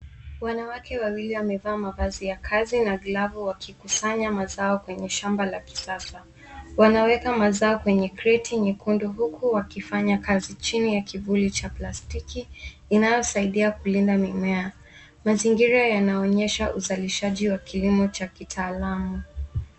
Wanake wawili wamevalia mavazi ya kazi na glavu wakikusanya mazao kwenye shamba la kisasa. Wanaweza mazao kwenye kreti nyekundu huku wakifanya kazi chini ya kivuli cha plastiki inayo saidia kulinda mimea. Mazingira yanaonyesha uzalishaji wa kilimo cha kitaalam.